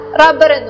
rubber